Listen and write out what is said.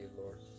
lord